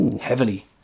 heavily